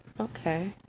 okay